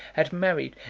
had married,